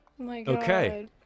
Okay